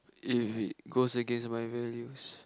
if it goes against my values